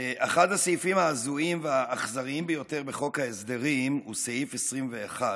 אחד הסעיפים ההזויים והאכזריים ביותר בחוק ההסדרים הוא סעיף 21,